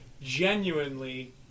genuinely